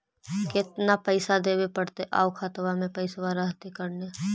केतना पैसा देबे पड़तै आउ खातबा में पैसबा रहतै करने?